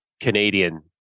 Canadian